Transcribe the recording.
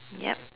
yup